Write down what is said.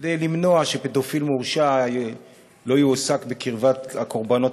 כדי למנוע שפדופיל מורשע יועסק בקרבת הקורבנות